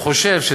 הוא חושב,